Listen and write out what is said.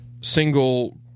single